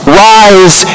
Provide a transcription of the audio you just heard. rise